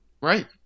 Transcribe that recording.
Right